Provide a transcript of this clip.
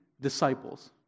disciples